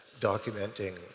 documenting